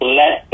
let